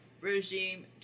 regime